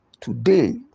Today